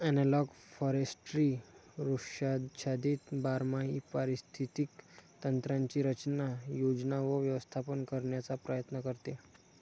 analogue forestry वृक्षाच्छादित बारमाही पारिस्थितिक तंत्रांची रचना, योजना व व्यवस्थापन करण्याचा प्रयत्न करते